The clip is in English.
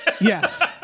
yes